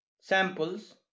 samples